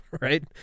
right